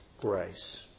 grace